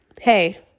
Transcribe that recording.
hey